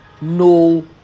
no